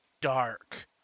dark